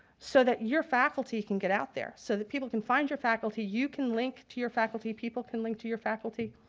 so that your faculty can get out there, so that people can find your faculty, you can link to your faculty, people can link to your faculty.